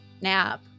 nap